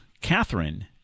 Catherine